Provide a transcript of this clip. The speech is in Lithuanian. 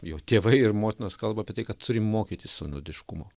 jo tėvai ir motinos kalba apie tai kad turim mokytis sonodiškumo